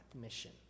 mission